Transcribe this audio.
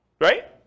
Right